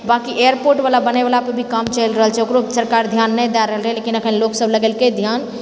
बांँकि airport बनै वाला पर भी काम चलि रहल छै ओकरो सरकार ध्यान नहि दए रहल हइ लेकिन एखन लोकसब लगेलकै ध्यान